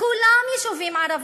כולם יישובים ערביים.